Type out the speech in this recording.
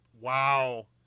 Wow